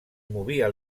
movia